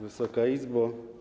Wysoka Izbo!